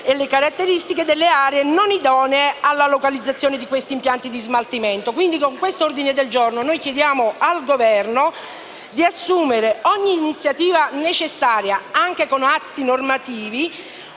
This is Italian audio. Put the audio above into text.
e le caratteristiche delle aree non idonee alla localizzazione di questi impianti di smaltimento. Con l'ordine del giorno in parola chiediamo quindi al Governo di assumere ogni iniziativa necessaria, anche con atti normativi,